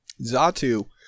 Zatu